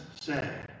say